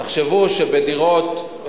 תחשבו שבדירות,